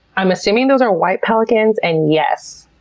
i'm assuming those are white pelicans and yes,